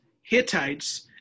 Hittites